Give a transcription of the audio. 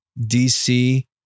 DC